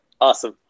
Awesome